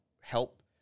help